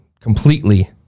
completely